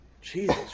Jesus